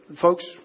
folks